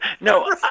No